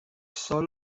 سال